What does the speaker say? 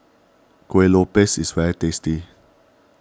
Kuih Lopes is very tasty